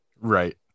Right